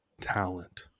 talent